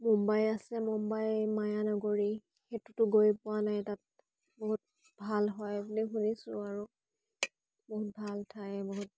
মুম্বাই আছে মুম্বাই মায়ানগৰী সেইটোতো গৈ পোৱা নাই তাত বহুত ভাল হয় বুলি শুনিছোঁ আৰু বহুত ভাল ঠাই বহুত